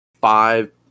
five